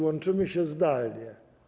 Łączymy się zdalnie.